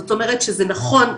זאת אומרת שזה נכון,